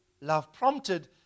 love-prompted